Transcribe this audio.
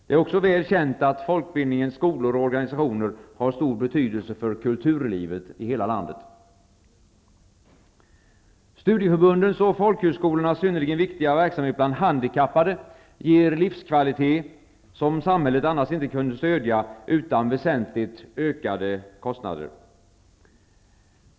Det är också väl känt att folkbildningens skolor och organisationer har stor betydelse för kulturlivet i hela landet. Studieförbundens och folkhögskolornas synnerligen viktiga verksamhet bland handikappade ger livskvalitet som samhället annars inte kunde stödja utan väsentligt ökade kostnader.